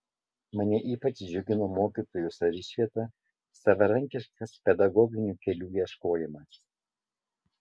mane ypač džiugino mokytojų savišvieta savarankiškas pedagoginių kelių ieškojimas